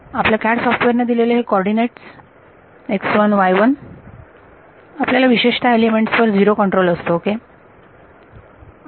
आपल्या CAD सॉफ्टवेअरने दिलेले हे कॉर्डीनेट आपल्याला विशेषतः ह्या एलिमेंट्स वर झिरो कंट्रोल असतो ओके